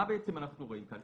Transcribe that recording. מה אנחנו רואים כאן?